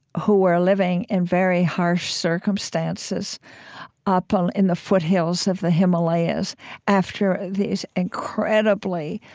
who were living in very harsh circumstances up um in the foothills of the himalayas after these incredibly